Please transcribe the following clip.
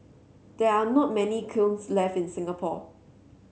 there are not many kilns left in Singapore